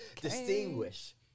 distinguish